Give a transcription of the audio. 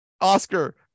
Oscar